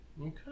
okay